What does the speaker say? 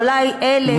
אולי אלה,